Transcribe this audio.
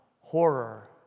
horror